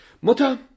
Mutter